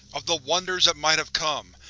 of the wonders that might have come,